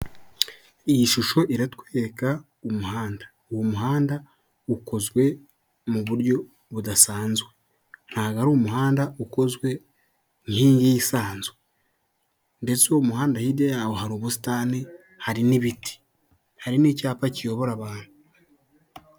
Iyi shusho iratwireka umuhanda, uwo muhanda ukozwe mu buryo budasanzwe, ntango ari umuhanda ukozwe nk'iyingiyi isanzwe ndetse uwo umuhanda hirya yawo hari ubusitani, hari n'ibiti, hari n'icyapa kiyobora abantu.